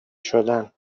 شدن